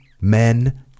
men